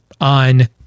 on